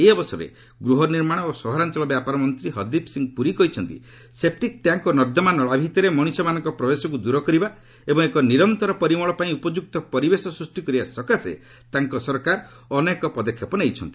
ଏହି ଅବସରରେ ଗୃହ ନିର୍ମାଣ ଓ ସହରାଞ୍ଚଳ ବ୍ୟାପାର ମନ୍ତ୍ରୀ ହରଦୀପସିଂହ ପୁରୀ କହିଛନ୍ତି ସେପ୍ଟିକ୍ ଟ୍ୟାଙ୍କ୍ ଓ ନର୍ଦ୍ଦମା ନଳା ଭିତରେ ମଣିଷମାନଙ୍କ ପ୍ରବେଶକୁ ଦୂର କରିବା ଏବଂ ଏକ ନିରନ୍ତର ପରିମଳ ପାଇଁ ଉପଯୁକ୍ତ ପରିବେଶ ସ୍ନୃଷ୍ଟି କରିବା ସକାଶେ ତାଙ୍କ ସରକାର ଅନେକ ପଦକ୍ଷେପ ନେଇଛନ୍ତି